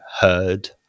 heard